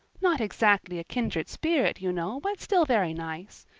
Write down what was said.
not exactly a kindred spirit, you know, but still very nice.